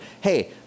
hey